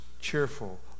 cheerful